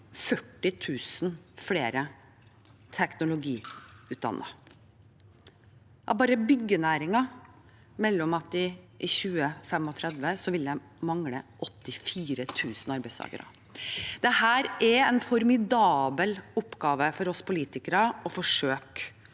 40 000 flere teknologiutdannede. Bare byggenæringen melder om at de vil mangle 84 000 arbeidstakere i 2035. Dette er en formidabel oppgave for oss politikere å forsøke